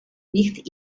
nicht